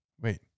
wait